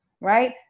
Right